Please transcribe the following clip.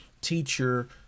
teacher